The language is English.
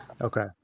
Okay